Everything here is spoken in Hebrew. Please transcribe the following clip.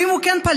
ואם הוא כן פליט,